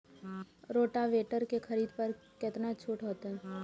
Rotavator के खरीद पर केतना छूट होते?